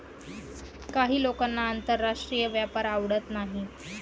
काही लोकांना आंतरराष्ट्रीय व्यापार आवडत नाही